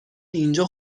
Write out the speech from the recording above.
اینجا